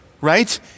right